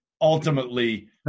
Ultimately